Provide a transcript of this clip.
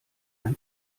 ein